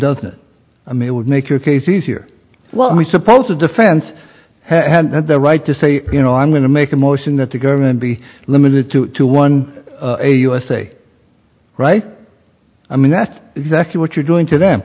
doesn't i mean it would make your case easier well we suppose to defense have the right to say you know i'm going to make a motion that the government be limited to two one a usa right i mean that's exactly what you're doing to them